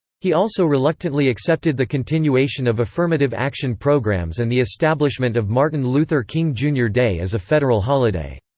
he also reluctantly accepted the continuation of affirmative action programs and the establishment of martin luther king jr. day as a federal holiday.